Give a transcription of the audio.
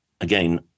again